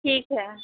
ठीक है